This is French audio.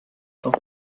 tant